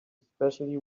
especially